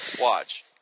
Watch